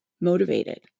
motivated